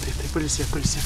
taip taip pailsėk pailsėk